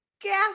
gas